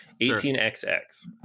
18xx